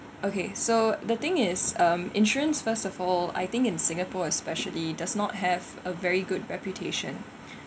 okay so the thing is um insurance first of all I think in singapore especially does not have a very good reputation